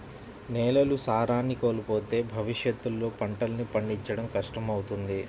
నేలలు సారాన్ని కోల్పోతే భవిష్యత్తులో పంటల్ని పండించడం కష్టమవుతుంది